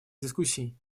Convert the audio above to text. дискуссий